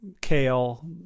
kale